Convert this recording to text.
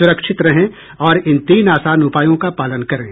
सुरक्षित रहें और इन तीन आसान उपायों का पालन करें